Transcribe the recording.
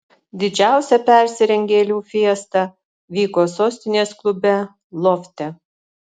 didžiausia persirengėlių fiesta vyko sostinės klube lofte